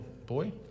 boy